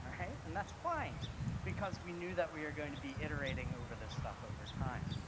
right, and that's fine because we knew that we were going to be iterating over this stuff over time.